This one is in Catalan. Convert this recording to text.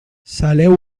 saleu